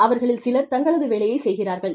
அவர்களில் சிலர் தங்களது வேலையைச் செய்கிறார்கள்